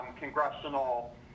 congressional